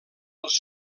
als